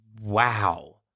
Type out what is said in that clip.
Wow